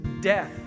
death